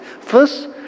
First